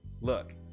Look